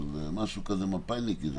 אבל משהו כזה מפא"יניקי,